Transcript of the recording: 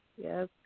Yes